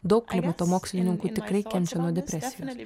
daug klimato mokslininkų tikrai kenčia nuo depresijos